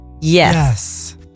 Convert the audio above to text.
Yes